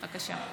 בבקשה.